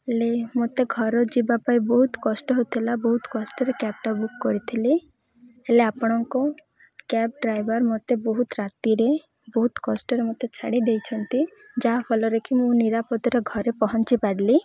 ହେଲେ ମୋତେ ଘର ଯିବା ପାଇଁ ବହୁତ କଷ୍ଟ ହେଉଥିଲା ବହୁତ କଷ୍ଟରେ କ୍ୟାବ୍ଟା ବୁକ୍ କରିଥିଲି ହେଲେ ଆପଣଙ୍କୁ କ୍ୟାବ୍ ଡ୍ରାଇଭର୍ ମୋତେ ବହୁତ ରାତିରେ ବହୁତ କଷ୍ଟରେ ମୋତେ ଛାଡ଼ି ଦେଇଛନ୍ତି ଯାହାଫଳରେ କି ମୁଁ ନିରାପଦରେ ଘରେ ପହଞ୍ଚି ପାରିଲି